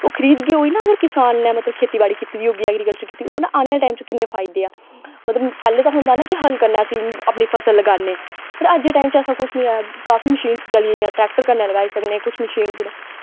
ओह् खरीदगे ओही ना अगर किसान नै मतलव खेतीबाड़ी कीती दी होग्गी एग्रीकल्चर कीती हून आने आह्ले टाइम च किन्ने फायदे ऐ मतलव पैह्ले तै होंदा ना कि हल्ल करना असी अपनी फसल लगान्ने पर अज दे टाइम च ऐसा कुछ निं ऐ काफी मशीन्स चली दियां ट्रैक्टर कन्नै लगाई सकने कुछ मशीन्स न